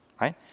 Right